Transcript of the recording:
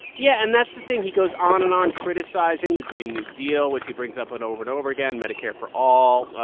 yeah. and that's the thing. he goes on and on criticizing the green new deal, which he brings up over and over again, medicare for all,